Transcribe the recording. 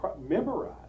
memorize